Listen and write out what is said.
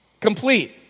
complete